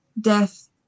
death